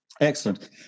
Excellent